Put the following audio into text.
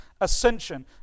ascension